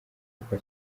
rwa